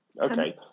Okay